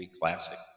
classic